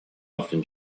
often